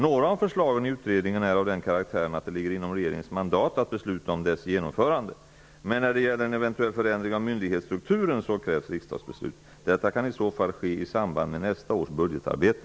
Några av förslagen i utredningen är av den karaktären att det ligger inom regeringens mandat att besluta om deras genomförande. Men när det gäller en eventuell förändring av myndighetsstrukturen krävs riksdagsbeslut. Detta kan i så fall ske i samband med nästa års budgetarbete.